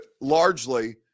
largely